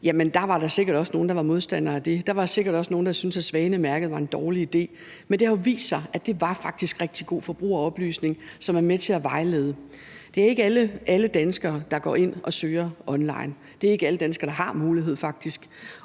var der sikkert også nogle, der var modstandere af det, og der var sikkert også nogle, der syntes, at Svanemærket var en dårlig idé, men det har jo vist sig, at det faktisk var rigtig god forbrugeroplysning, som var med til at vejlede. Det er ikke alle danskere, der går ind og søger online; det er faktisk ikke alle danskere, der har den mulighed, og vi